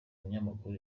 umunyamakuru